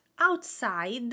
outside